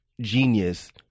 genius